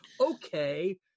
okay